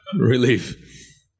Relief